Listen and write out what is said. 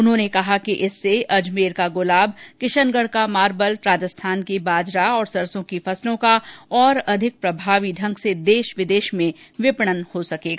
उन्होंने कहा कि इससे अजमेर का गुलाब किशनगढ़ का मार्बल राजस्थान की बाजरा और सरसों की फसलों का और अधिक प्रभावी ढंग से देश विदेश में विपणन हो सकेगा